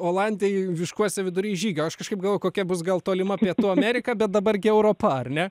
olandijoje miškuose vidury žygio aš kažkaip galvojau kokia bus gal tolima pietų ameriką bet dabar gi europa ar ne